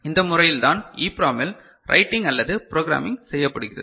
இந்த முறையில் தான் EPROM இல் ரைட்டிங் அல்லது ப்ரோக்ராம்மிங் செய்யப்படுகிறது